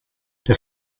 der